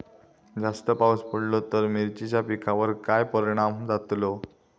जास्त पाऊस पडलो तर मिरचीच्या पिकार काय परणाम जतालो?